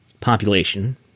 population